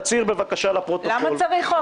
תצהיר בבקשה לפרוטוקול --- למה צריך חוק?